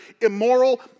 immoral